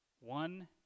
One